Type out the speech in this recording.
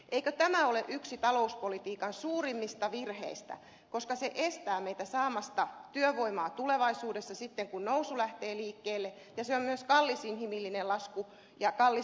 eikö tämä ole yksi talouspolitiikan suurimmista virheistä koska se estää meitä saamasta työvoimaa tulevaisuudessa sitten kun nousu lähtee liikkeelle ja se on myös kallis inhimillinen lasku ja kallis taloudellinen lasku